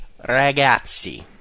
ragazzi